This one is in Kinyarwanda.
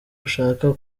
ushaka